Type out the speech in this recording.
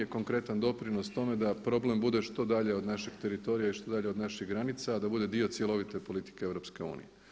Konkretan doprinos tome da problem bude što dalje od našeg teritorija i što dalje od naših granica, a da bude dio cjelovite politike EU.